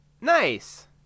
Nice